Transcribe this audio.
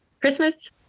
Christmas